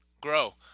Grow